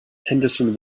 henderson